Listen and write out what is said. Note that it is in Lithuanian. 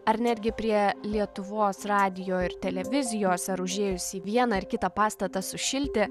ar netgi prie lietuvos radijo ir televizijos ar užėjus į vieną ar kitą pastatą sušilti